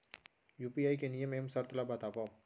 UPI के नियम एवं शर्त ला बतावव